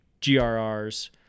GRRs